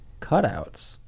cutouts